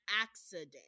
accident